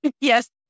Yes